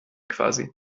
quasi